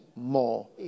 more